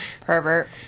Pervert